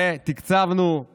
תקצבנו את